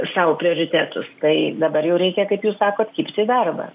sau prioritetus tai dabar jau reikia kaip jūs sakot kibti į darbą